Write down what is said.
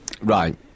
Right